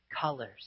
colors